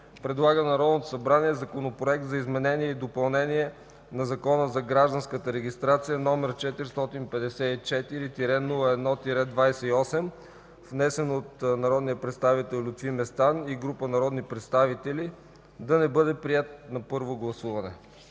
предлага на Народното събрание Законопроект за изменение и допълнение на Закона за гражданската регистрация, № 54-01-28, внесен от Лютви Местан и група народни представители, да не бъде приет на първо гласуване.”